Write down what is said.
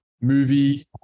movie